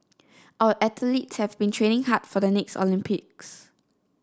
our athletes have been training hard for the next Olympics